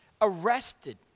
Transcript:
arrested